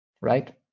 right